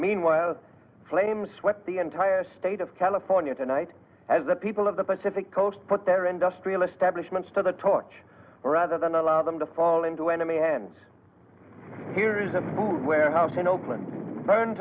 meanwhile the flames swept the entire state of california tonight as the people of the pacific coast put their industrial establishment for the torch rather than allow them to fall into enemy hands here is a warehouse in oakland burned